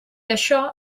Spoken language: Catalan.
això